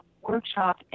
Workshop